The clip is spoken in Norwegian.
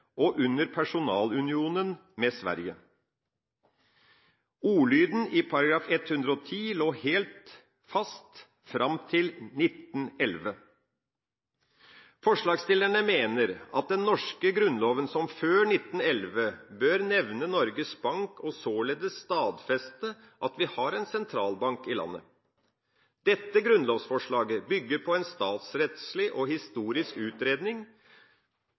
under personalunionen med Sverige. Ordlyden i § 110 lå helt fast fram til 1911. Forslagsstillerne mener at den norske grunnloven – som før 1911 – bør nevne Norges Bank og således stadfeste at vi har en sentralbank i landet. Dette grunnlovsforslaget bygger på en statsrettslig og historisk utredning